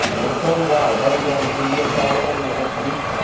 and so do i headed down to indio california this week.